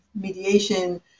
mediation